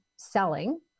selling